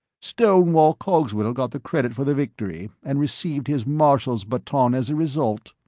stonewall cogswell got the credit for the victory and received his marshal's baton as a result.